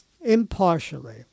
impartially